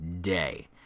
day